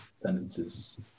sentences